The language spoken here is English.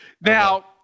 Now